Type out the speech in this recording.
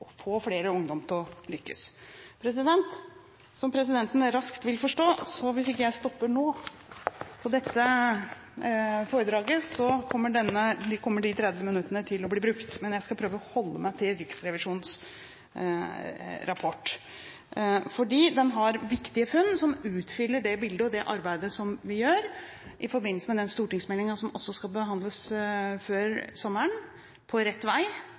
få flere ungdommer til å lykkes. Som presidenten raskt vil forstå: Hvis jeg ikke stopper dette foredraget nå, kommer de 30 minuttene til å bli brukt, men jeg skal prøve å holde meg til Riksrevisjonens rapport. Den har viktige funn som utfyller det bildet og det arbeidet vi gjør i forbindelse med den stortingsmeldingen som også skal behandles før sommeren, Meld. St. 20 På rett vei.